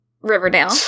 Riverdale